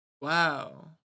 Wow